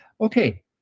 okay